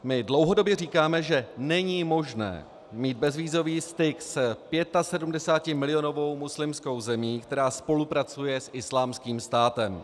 My dlouhodobě říkáme, že není možné mít bezvízový styk s 75milionovou muslimskou zemí, která spolupracuje s Islámským státem.